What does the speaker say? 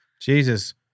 Jesus